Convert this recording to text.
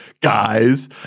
guys